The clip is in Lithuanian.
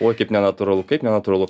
oi kaip nenatūralu kaip nenatūralu